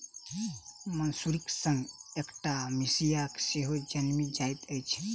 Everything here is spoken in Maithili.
मसुरीक संग अकटा मिसिया सेहो जनमि जाइत अछि